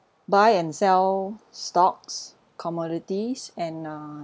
buy and sell stocks commodities and uh